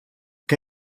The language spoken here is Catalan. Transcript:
què